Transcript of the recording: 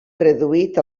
reduït